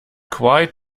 quite